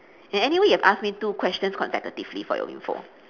and anyway you ask me two questions consecutively for your info